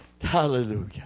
hallelujah